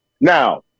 Now